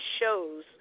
shows